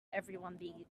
everyone